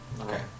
Okay